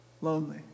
Lonely